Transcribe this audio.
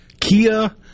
Kia